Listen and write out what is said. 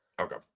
Okay